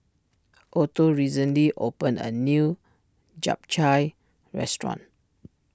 Otto recently opened a new Japchae restaurant